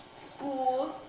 schools